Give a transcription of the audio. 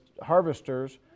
harvesters